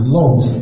love